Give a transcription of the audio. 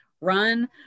run